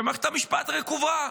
שמערכת המשפט רקובה.